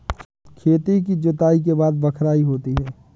खेती की जुताई के बाद बख्राई होती हैं?